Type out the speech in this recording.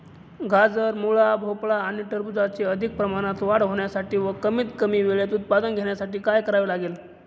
गाजर, मुळा, भोपळा आणि टरबूजाची अधिक प्रमाणात वाढ होण्यासाठी व कमीत कमी वेळेत उत्पादन घेण्यासाठी काय करावे लागेल?